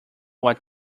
what